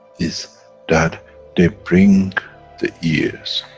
is that they bring the ears,